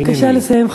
בבקשה לסיים,